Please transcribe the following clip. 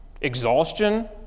exhaustion